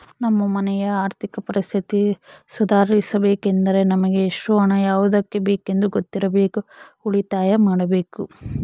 ನಮ್ಮ ಮನೆಯ ಆರ್ಥಿಕ ಪರಿಸ್ಥಿತಿ ಸುಧಾರಿಸಬೇಕೆಂದರೆ ನಮಗೆ ಎಷ್ಟು ಹಣ ಯಾವುದಕ್ಕೆ ಬೇಕೆಂದು ಗೊತ್ತಿರಬೇಕು, ಉಳಿತಾಯ ಮಾಡಬೇಕು